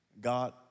God